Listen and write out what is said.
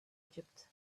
egypt